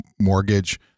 mortgage